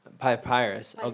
papyrus